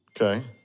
Okay